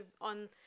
on